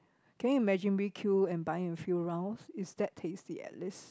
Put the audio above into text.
can you imagine requeue and buying a few rounds it's that tasty at least